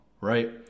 right